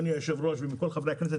יושב-ראש וכל חברי הכנסת,